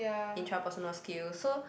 intrapersonal skills so